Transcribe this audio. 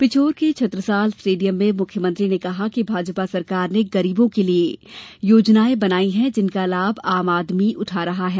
पिछोर के छत्रसाल स्टेडियम में मुख्यमंत्री ने कहा कि भाजपा सरकार ने गरीबों के लिए योजनाएं बनाई हैं जिनका लाभ आम आदमी को मिल रहा है